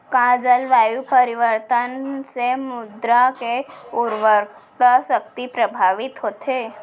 का जलवायु परिवर्तन से मृदा के उर्वरकता शक्ति प्रभावित होथे?